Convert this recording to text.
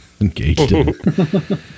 engaged